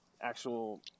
actual